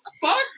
fuck